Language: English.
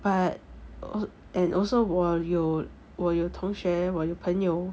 but err and also 我有同学我有朋友